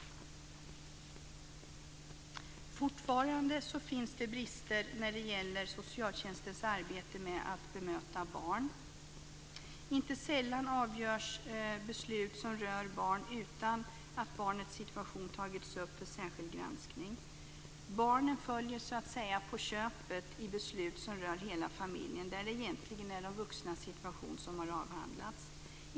Fortfarande finns det brister i socialtjänstens arbete med att bemöta barn. Inte sällan avgörs beslut som rör barn utan att barnets situation tagits upp för särskild granskning. Barnen följer så att säga med på köpet i beslut som rör hela familjen, där det egentligen är de vuxnas situation som har avhandlats.